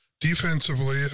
defensively